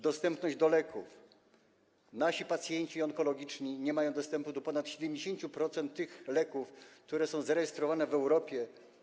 Dostęp do leków: nasi pacjenci onkologiczni nie mają dostępu do ponad 70% tych leków, które są zarejestrowane w Europie.